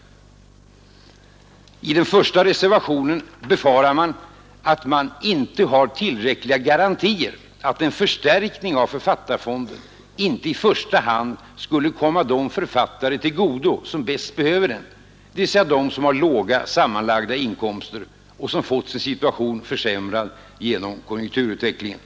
I den första reservationen befarar man att man ”inte har tillräckliga garantier” att en förstärkning av författarfonden inte ”i första hand skulle komma de författare till godo” som bäst behöver den — dvs. de som har låga sammanlagda inkomster och som fått sin situation försämrad genom konjunkturutvecklingen.